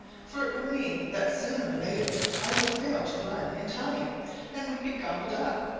for it would mean that sooner or later i would fail to run in time and would be gobbled up.